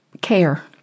care